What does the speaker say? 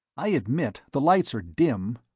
i admit the lights are dim,